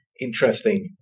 Interesting